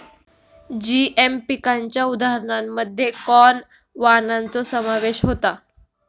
GM पिकांच्या उदाहरणांमध्ये corn वाणांचो समावेश होता